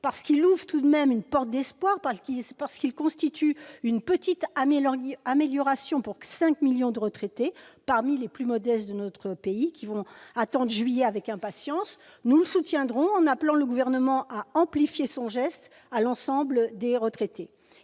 parce qu'il apporte tout de même une lueur d'espoir, parce qu'il constitue une petite amélioration pour 5 millions de retraités parmi les plus modestes de notre pays, qui vont attendre le mois de juillet avec impatience. Nous appelons cependant le Gouvernement à étendre son geste à l'ensemble des retraités.